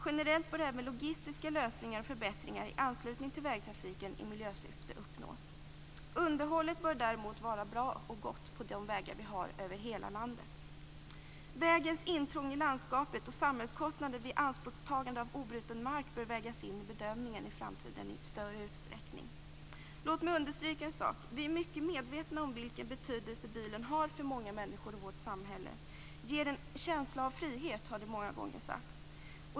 Generellt bör även logistiska lösningar och förbättringar i anslutning till vägtrafiken i miljösyfte uppnås. Underhållet bör däremot vara gott på de vägar vi har över hela landet. Vägens intrång i landskapet och samhällskostnader vid ianspråktagande av obruten mark bör i framtiden vägas in i bedömningen i större utsträckning. Låt mig understryka en sak: Vi är mycket medvetna om vilken betydelse bilen har för många människor i vårt samhälle. Den ger en känsla av frihet, har det många gånger sagts.